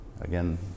again